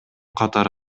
катары